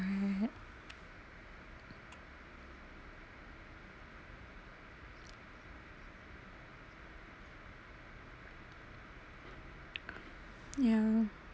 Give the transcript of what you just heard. ya